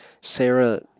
Sarah